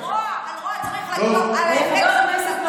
על רוע, על רוע צריך, על האמת צריך לראות.